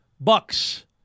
bucks